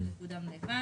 שאתה מדבר.